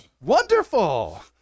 Wonderful